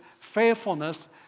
faithfulness